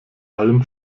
allem